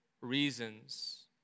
reasons